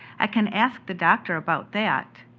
i can ask the doctor about that,